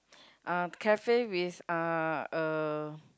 uh cafe with uh a